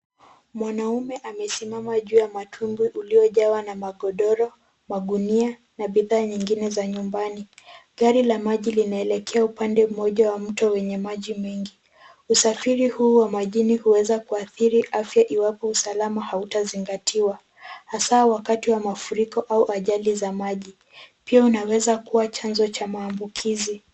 Mwanaume amesimama juu ya matumbwi uliyojawa na magodoro, magunia na bidhaa nyingine za nyumbani gari la maji linaelekea upande mmoja wa mto yenye maji mengi, usafiri huu wa majini huweza kuathiri afya iwapo usalama hautazingatiwa hasa wakati wa mafuriko au ajali za maji pia unaweza kuwa chanzo cha maambukizi.